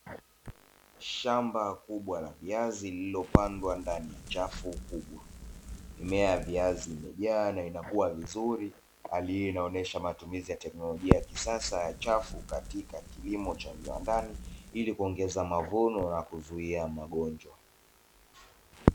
Shamba kubwa la viazi lililopandwa ndani ya chafu kubwa. Mimea ya viazi imejaa na inakua vizuri, hali hii inaonyesha matumizi ya teknolojia ya kisasa ya chafu katika kilimo cha viwandani ili kuongeza mavuno na kuzuia magonjwa.